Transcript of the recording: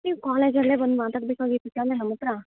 ನೀವು ಕಾಲೇಜಲ್ಲೇ ಬಂದು ಮಾತಾಡಬೇಕಾಗಿತ್ತು ತಾನೇ ನಮ್ಮ ಹತ್ರ